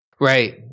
Right